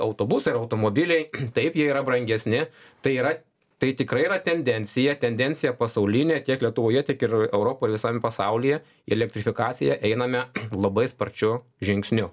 autobusai ar automobiliai taip jie yra brangesni tai yra tai tikrai yra tendencija tendencija pasaulinė tiek lietuvoje tiek ir europoj visam pasaulyje į elektrifikaciją einame labai sparčiu žingsniu